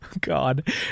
God